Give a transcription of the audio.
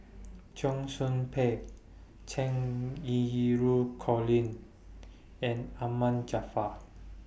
Cheong Soo Pieng Cheng Xinru Colin and Ahmad Jaafar